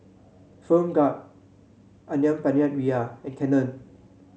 Film God ayam Penyet Ria and Canon